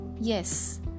Yes